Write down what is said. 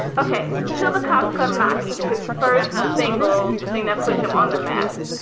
ok, so the cops come knocking his first single. the thing that put him on the map.